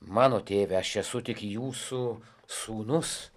mano tėve aš esu tik jūsų sūnus